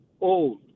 old